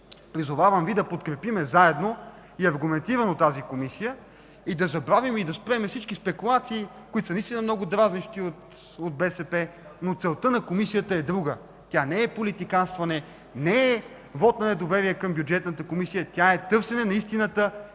призовавам Ви да подкрепим заедно и аргументирано тази Комисия, да забравим и да спрем всички спекулации, които са много дразнещи – от БСП, но целта на Комисията е друга. Тя не е политиканстване, не е вот на недоверие към Бюджетната комисия. Тя е търсене на истината и